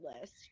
list